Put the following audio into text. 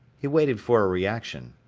he waited for a reaction.